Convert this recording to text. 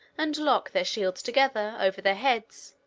and locking their shields together over their heads,